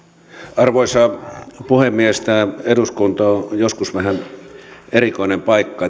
arvoisa puhemies tämä eduskunta on joskus vähän erikoinen paikka